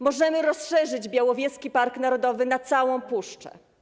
Możemy rozszerzyć Białowieski Park Narodowy na całą puszczę.